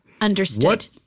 Understood